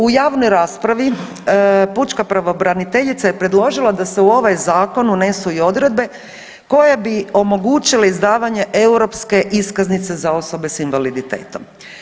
U javnoj raspravi pučka pravobraniteljica je predložila da se u ovaj zakon unesu i odredbe koje bi omogućile izdavanje europske iskaznice za osobe s invaliditetom.